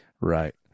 right